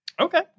Okay